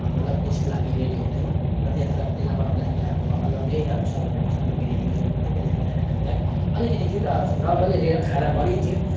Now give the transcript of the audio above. मतलब त्यसको लागि रेडी हुँदैन र त्यसलाई त्यसलाई बनाउँदाखेरि हाम्रो अलग्गै अब समानहरू सामाग्री युज गर्नुपर्छ त्यसले गर्दाखेरि हामीलाई अलिकति जुन नर्मली रे खाना बनिन्थ्यो